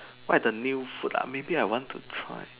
why the new food ah maybe I want to try